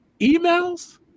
emails